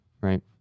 right